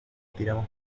tiramos